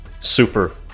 super